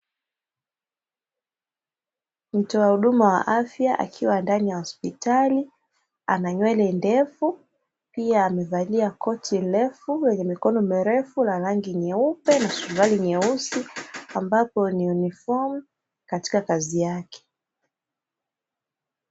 Mtoa huduma wa afya akiwa ndani ya hospitali ana nywele ndefu pia amevalia koti refu, lenye mikono mirefu la rangi nyeupe na suruali nyeusi ambapo ni unifomu katika kazi yake.